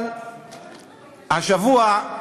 אבל השבוע,